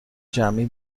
جمعی